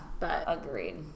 Agreed